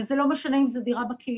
וזה לא משנה אם זה דירה בקהילה,